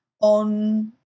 on